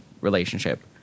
relationship